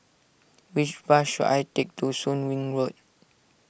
which bus should I take to Soon Wing Road